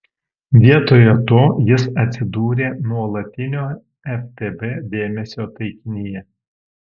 vietoje to jis atsidūrė nuolatinio ftb dėmesio taikinyje